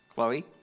Chloe